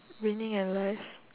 winning at life